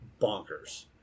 bonkers